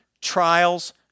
trials